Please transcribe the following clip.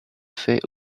fait